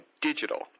digital